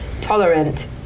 tolerant